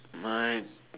my